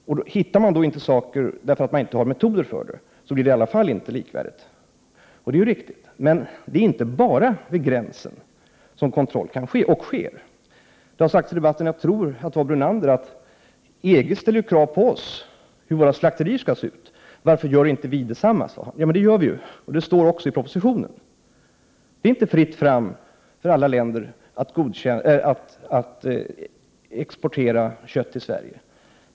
Om man då inte hittar något, därför att man inte har metoder för det, blir kontrollen i alla fall inte likvärdig. Det är riktigt. Men det är inte bara vid gränsen som kontroll kan ske — och sker. Jag tror att det var Lennart Brunander som sade att EG ställer krav på hur våra slakterier skall se ut och frågade varför inte vi gör detsamma. Men det gör vi ju! Det står också i propositionen. Det är inte fritt fram för alla länder att exportera kött till Sverige.